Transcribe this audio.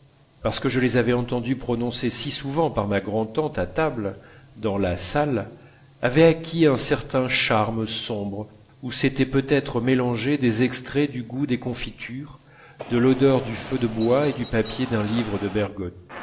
parce que je les avais entendu prononcer si souvent par ma grand'tante à table dans la salle avaient acquis un certain charme sombre où s'étaient peut-être mélangés des extraits du goût des confitures de l'odeur du feu de bois et du papier d'un livre de bergotte